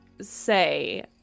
say